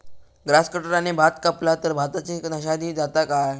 Grass कटराने भात कपला तर भाताची नाशादी जाता काय?